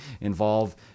involve